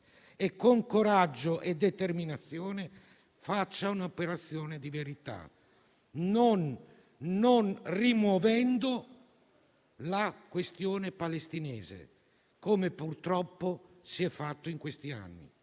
e, con coraggio e determinazione, faccia un'operazione di verità, non rimuovendo la questione palestinese, come purtroppo si è fatto in questi anni.